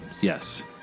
yes